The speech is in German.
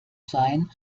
sein